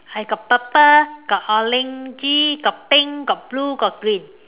I got purple got orange got pink got blue got green